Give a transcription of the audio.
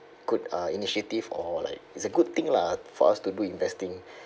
good uh initiative or like it's a good thing lah for us to do investing